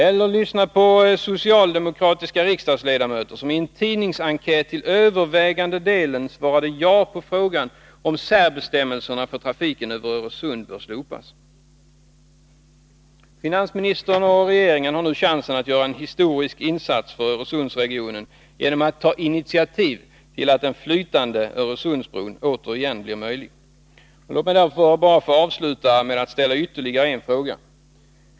Eller lyssna på socialdemokratiska riksdagsledamöter, som i en tidningsenkät till övervägande delen svarade ja på frågan om ”särbestämmelserna för trafiken över Öresund bör slopas”. Finansministern och regeringen har nu chansen att göra en historisk insats för Öresundsregionen genom att ta initiativ till att den flytande Öresundsbron återigen blir möjlig. Låt mig därför bara få avsluta med att ställa ytterligare en fråga.